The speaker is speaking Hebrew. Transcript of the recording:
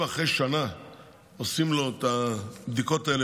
אם אחרי שנה עושים לו את הבדיקות האלה